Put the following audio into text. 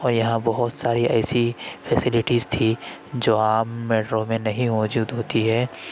اور یہاں بہت ساری ایسی فیسلٹیز تھی جو عام میٹرو میں نہیں موجود ہوتی ہے